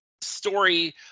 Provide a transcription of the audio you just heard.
story